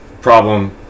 problem